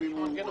פקח